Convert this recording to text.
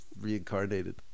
reincarnated